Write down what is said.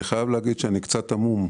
אני חייב להגיד שאני קצת המום.